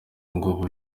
ngo